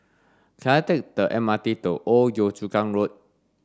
can I take the M R T to Old Yio Chu Kang Road